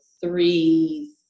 three